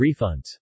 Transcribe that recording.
refunds